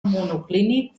monoclínic